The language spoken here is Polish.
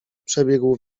przebiegł